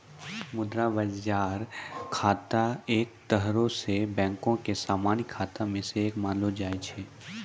मुद्रा बजार खाता एक तरहो से बैंको के समान्य खाता मे से एक मानलो जाय छै